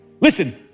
Listen